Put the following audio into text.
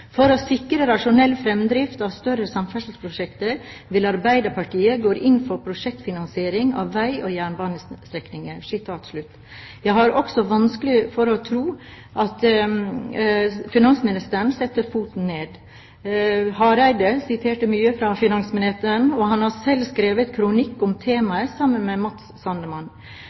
å sikre rasjonell framdrift av større samferdselsprosjekter vil Arbeiderpartiet gå inn for prosjektfinansiering av vei- og jernbanestrekninger.» Jeg har også vanskelig for å tro at det er finansministeren som setter foten ned. Hareide siterte mye fra finansministeren, som selv har skrevet kronikk om temaet sammen med